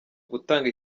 gutanga